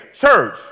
Church